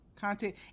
content